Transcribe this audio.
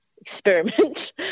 experiment